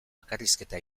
bakarrizketa